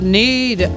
need